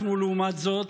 לעומת זאת,